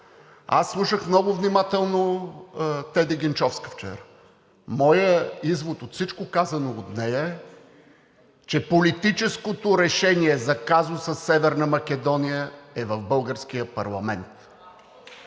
Аз слушах много внимателно Теди Генчовска вчера. Моят извод от всичко казано от нея е, че политическото решение за казуса „Северна Македония“ е в българския парламент.